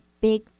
big